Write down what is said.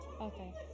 Okay